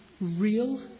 real